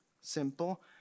Simple